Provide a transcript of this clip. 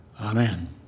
amen